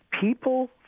People